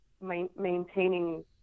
maintaining